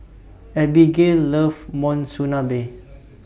Abigayle loves Monsunabe